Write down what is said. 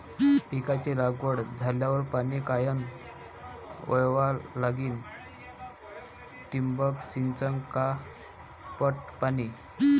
पिकाची लागवड झाल्यावर पाणी कायनं वळवा लागीन? ठिबक सिंचन की पट पाणी?